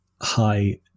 high